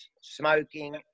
smoking